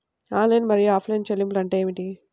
Online మరియు offline చెల్లింపులు అంటే ఏమిటి?